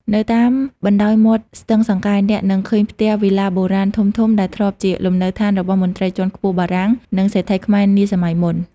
នៅតាមបណ្តោយមាត់ស្ទឹងសង្កែ អ្នកនឹងឃើញផ្ទះវីឡាបុរាណធំៗ ដែលធ្លាប់ជាលំនៅដ្ឋានរបស់មន្ត្រីជាន់ខ្ពស់បារាំង និងសេដ្ឋីខ្មែរនាសម័យមុន។